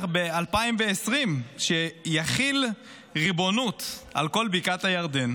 ב-2020 שיחיל ריבונות על כל בקעת הירדן.